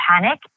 panic